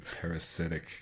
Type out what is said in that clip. parasitic